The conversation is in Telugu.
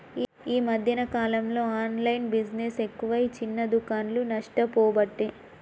ఈ మధ్యన కాలంలో ఆన్లైన్ బిజినెస్ ఎక్కువై చిన్న దుకాండ్లు నష్టపోబట్టే